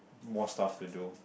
more stuff to do